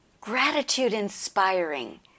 gratitude-inspiring